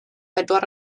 bedwar